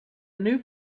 new